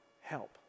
help